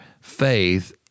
faith